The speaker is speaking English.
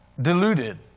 deluded